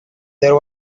there